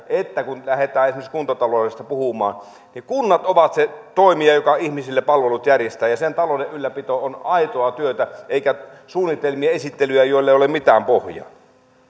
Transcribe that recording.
että kun lähdetään esimerkiksi kuntataloudesta puhumaan niin kunnat ovat se toimija joka ihmisille palvelut järjestää ja sen talouden ylläpito on aitoa työtä eikä suunnitelmien esittelyä joille ei ole mitään pohjaa